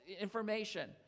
information